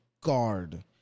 guard